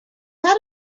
had